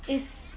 is